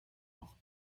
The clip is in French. leur